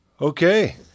okay